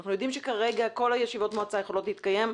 אנחנו יודעים שכרגע כל ישיבות המועצה יכולות להתקיים.